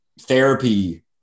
therapy